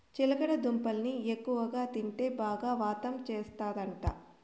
చిలకడ దుంపల్ని ఎక్కువగా తింటే బాగా వాతం చేస్తందట